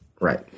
Right